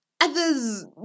others